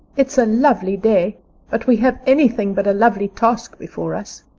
it's a lovely day but we have anything but a lovely task before us,